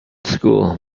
school